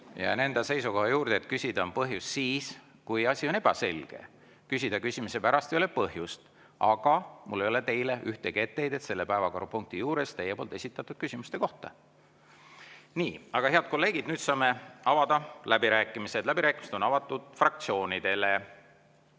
Jään enda seisukoha juurde, et küsida on põhjust siis, kui asi on ebaselge, küsida küsimise pärast ei ole põhjust. Aga mul ei ole teile ühtegi etteheidet selle päevakorrapunkti juures teie esitatud küsimuste kohta. Nii. Head kolleegid, nüüd saame avada läbirääkimised. Läbirääkimised on avatud fraktsioonidele.